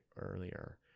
earlier